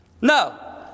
No